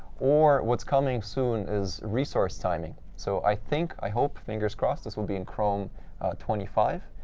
or what's coming soon is resource timing. so i think i hope, fingers crossed this will be in chrome twenty five.